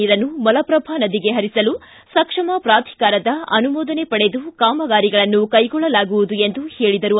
ನೀರನ್ನು ಮಲಪ್ರಭಾ ನದಿಗೆ ಪರಿಸಲು ಸಕ್ಷಮ ಪ್ರಾಧಿಕಾರದ ಅನುಮೋದನೆ ಪಡೆದು ಕಾಮಗಾರಿಗಳನ್ನು ಕೈಗೊಳ್ಳಲಾಗುವುದು ಎಂದು ಹೇಳಿದರು